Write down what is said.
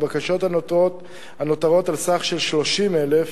הבקשות הנותרות הן 30,000,